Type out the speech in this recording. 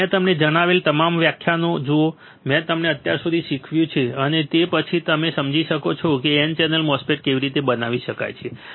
તેથી મેં તમને જણાવેલા તમામ વ્યાખ્યાનો જુઓ મેં તમને અત્યાર સુધી શીખવ્યું છે અને તે પછી જ તમે સમજી શકશો કે N ચેનલ MOSFET કેવી રીતે બનાવી શકાય છે